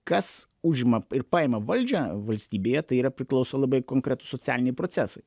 kas užima ir paima valdžią valstybėje tai yra priklauso labai konkretūs socialiniai procesai